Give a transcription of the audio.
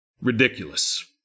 Ridiculous